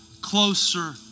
closer